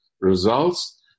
results